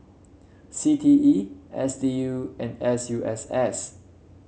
C T E S D U and S U S S